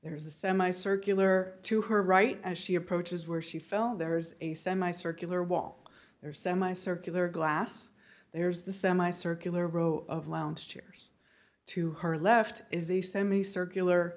there's a semicircular to her right as she approaches where she fell there's a semicircular wall there semi circular glass there's the semi circular row of lounge chairs to her left is a semi circular